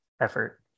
effort